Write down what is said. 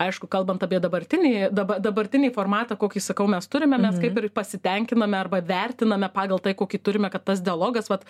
aišku kalbant apie dabartinį daba dabartinį formatą kokį sakau mes turime mes kaip ir pasitenkiname arba vertiname pagal tai kokį turime kad tas dialogas vat